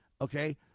Okay